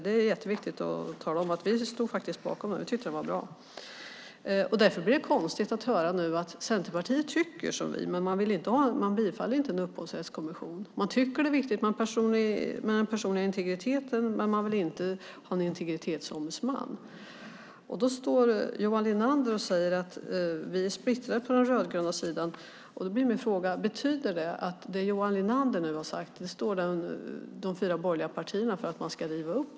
Det är mycket viktigt att tala om att vi stod bakom den motionen, som vi alltså tyckte var bra. Därför blir det konstigt att nu höra att Centerpartiet tycker som vi men att man inte yrkar bifall till förslaget om en upphovsrättskommission. Man tycker att det är viktigt med personlig integritet men vill inte ha en integritetsombudsman. Johan Linander säger här att vi på den rödgröna sidan är splittrade. Då blir min fråga: Betyder det Johan Linander nu sagt att de fyra borgerliga partierna är för att Ipredlagen ska rivas upp?